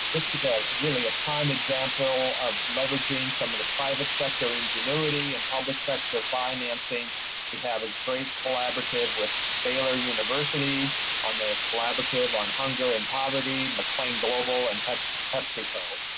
this is ah really a prime example of leveraging some of the private sector ingenuity and public sector financing to have a great collaborative with baylor university on their collaborative on hunger and poverty, mclane global and pepsico.